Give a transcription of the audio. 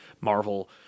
Marvel